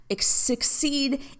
succeed